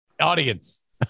Audience